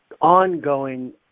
ongoing